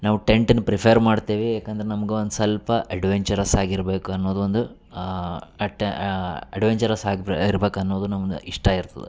ನಾವು ಟೆಂಟನ್ ಪ್ರಿಫೇರ್ ಮಾಡ್ತೆವಿ ಏಕಂದ್ರ ನಮ್ಗು ಒಂದು ಸ್ವಲ್ಪ ಅಡ್ವೆಂಚರಸ್ ಆಗಿರ್ಬೇಕು ಅನ್ನೋದು ಒಂದು ಅಟ್ಯ ಅಡ್ವೆಂಚರಸ್ ಆಗ್ಬೇ ಇರ್ಬಕು ಅನ್ನೋದು ನಮ್ದ ಇಷ್ಟ ಇರ್ತದೆ